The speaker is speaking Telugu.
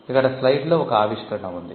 ఇక్కడ స్లయిడ్ లో ఒక ఆవిష్కరణ ఉంది